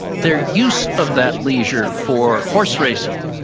their use of that leisure for horse racing,